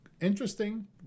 interesting